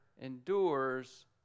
endures